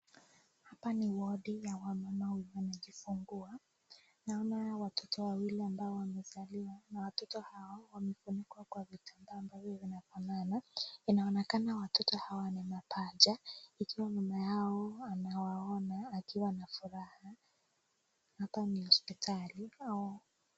Hapa ni wadi ya wamama wanajifungua. Naona watoto wawili ambao wamezaliwa, na watoto hao wamefunikwa kwa vitambaa ambavyo vinafanana, inaonekana watoto hawa ni mapacha, ikiwa mama yao anawaona akiwa na furaha. Hapa ni hospitali.